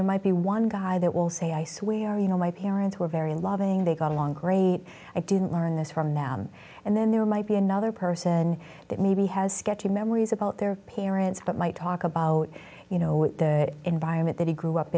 there might be one guy that will say i swear you know my parents were very loving they got along great i didn't learn this from them and then there might be another person that maybe has sketchy memories about their parents but might talk about you know the environment that he grew up